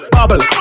Bubble